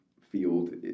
field